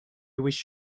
wish